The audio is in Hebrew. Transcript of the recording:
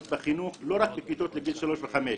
בחינוך לא רק בכיתות לגיל שלוש וחמש.